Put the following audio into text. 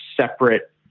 separate